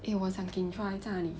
eh 我想给你 try 在那里